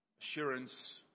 assurance